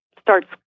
starts